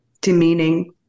demeaning